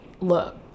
look